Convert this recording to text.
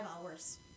hours